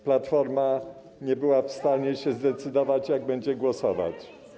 Platforma nie była w stanie się zdecydować, jak będzie głosować.